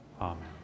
Amen